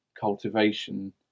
cultivation